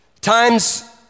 Times